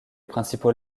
principaux